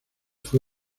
fue